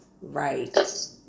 right